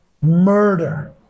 murder